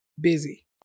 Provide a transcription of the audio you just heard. busy